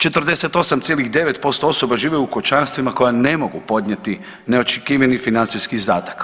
48,9% osoba žive u kućanstvima koja ne mogu podnijeti neočekivani financijski izdatak.